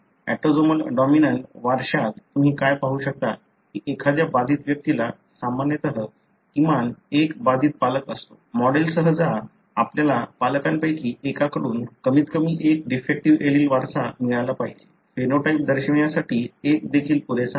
autosomal dominant वारश्यात तुम्ही काय पाहू शकता की एखाद्या बाधित व्यक्तीला सामान्यत किमान एक बाधित पालक असतो मॉडेलसह जा आपल्याला पालकांपैकी एकाकडून कमीतकमी एक डिफेक्टीव्ह एलील वारसा मिळाला पाहिजे फेनोटाइप दर्शविण्यासाठी एक देखील पुरेसा आहे